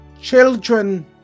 Children